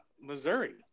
Missouri